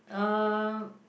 um